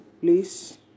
Please